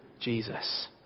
Jesus